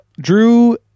Drew